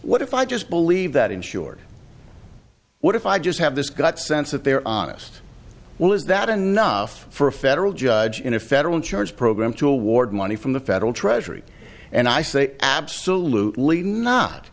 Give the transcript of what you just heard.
what if i just believe that insured what if i just have this gut sense that their honest will is that enough for a federal judge in a federal insurance program to award money from the federal treasury and i say absolutely not